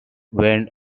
went